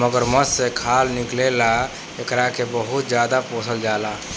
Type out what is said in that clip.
मगरमच्छ से खाल निकले ला एकरा के बहुते ज्यादे पोसल जाला